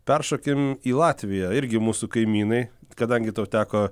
peršokim į latviją irgi mūsų kaimynai kadangi tau teko